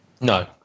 No